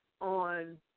on